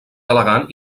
elegant